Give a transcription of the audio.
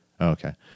Okay